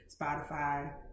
spotify